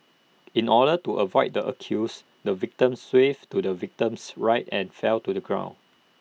in order to avoid the accused the victim swerved to the victim's right and fell to the ground